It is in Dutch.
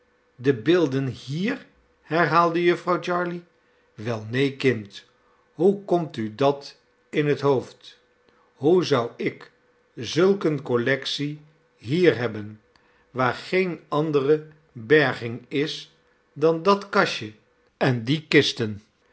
de beelden hier herhaalde jufvrouw jarley wel neen kind hoe komt u dat in het hoofd hoe zou ik zulk eene collectie hier hebben waar geene andere berging is dan dat kastje en die kisten